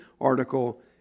article